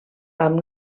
amb